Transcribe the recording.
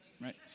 Right